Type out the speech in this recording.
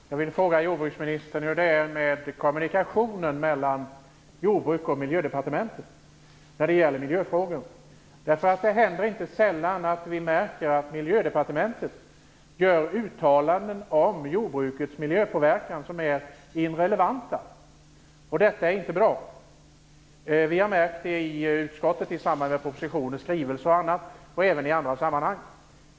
Herr talman! Jag vill fråga jordbruksministern hur det är med kommunikationen mellan Jordbruks och Miljödepartementen när det gäller miljöfrågor. Det händer inte sällan att vi märker att Miljödepartementet gör uttalanden om jordbrukets miljöpåverkan som är irrelevanta. Detta är inte bra. Vi har märkt det i utskottet i samband med propositioner, skrivelser och annat och även i andra sammanhang.